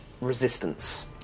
resistance